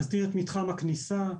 להסדיר את מתחם הכניסה,